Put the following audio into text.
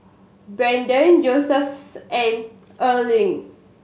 Braedon Josephus and Earline